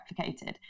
replicated